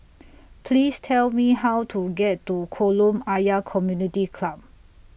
Please Tell Me How to get to Kolam Ayer Community Club